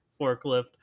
forklift